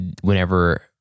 whenever